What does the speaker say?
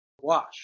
wash